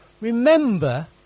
Remember